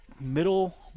Middle